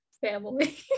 family